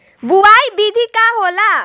बुआई विधि का होला?